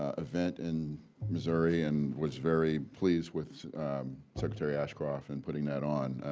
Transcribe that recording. ah event in missouri and was very pleased with secretary ashcroft in putting that on.